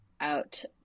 out